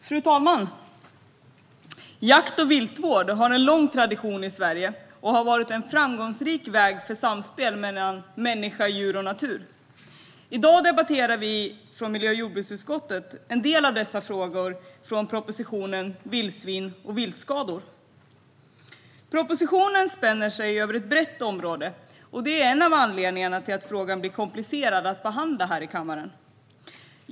Fru talman! Jakt och viltvård har en lång tradition i Sverige och har varit en väg till framgångsrikt samspel mellan människa, djur och natur. I dag debatterar vi från miljö och jordbruksutskottet en del av dessa frågor från propositionen Vildsvin och viltskador . Propositionen spänner över ett brett område, vilket är en av anledningarna till att frågan är komplicerad att behandla här i kammaren.